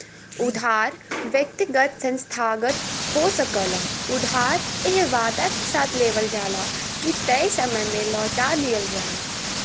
उधार व्यक्तिगत संस्थागत हो सकला उधार एह वादा के साथ लेवल जाला की तय समय में लौटा दिहल जाइ